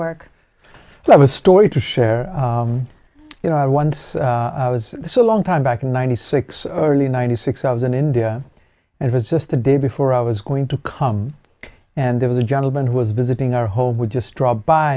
work so i was story to share you know i once was a long time back in ninety six early ninety six i was in india it was just the day before i was going to come and there was a gentleman who was visiting our home would just drop by